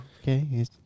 okay